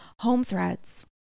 HomeThreads